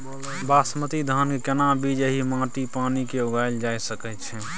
बासमती धान के केना बीज एहि माटी आ पानी मे उगायल जा सकै छै?